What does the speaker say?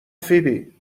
فیبی